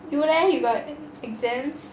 you leh you got exams